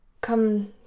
come